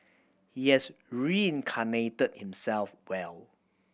he is reincarnated himself well